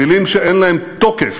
מילים שאין להן תוקף,